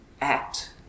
act